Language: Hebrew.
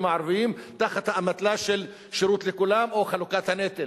הערבים תחת האמתלה של שירות לכולם או חלוקת הנטל.